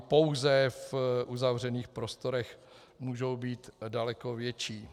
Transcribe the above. Pouze v uzavřených prostorech můžou být daleko větší.